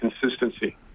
consistency